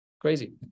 Crazy